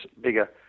bigger